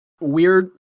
weird